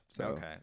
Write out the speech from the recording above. Okay